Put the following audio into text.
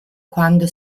quando